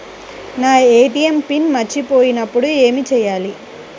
నా ATM pin మర్చిపోయినప్పుడు ఏమి చేయాలి?